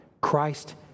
Christ